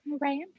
Right